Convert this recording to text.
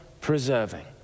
preserving